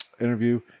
interview